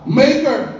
maker